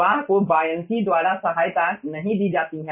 प्रवाह को बायअंशी द्वारा सहायता नहीं दी जाती है